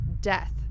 death